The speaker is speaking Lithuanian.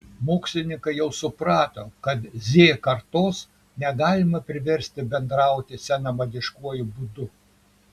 mokslininkai jau suprato kad z kartos negalima priversti bendrauti senamadiškuoju būdu